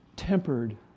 tempered